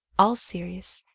all serious,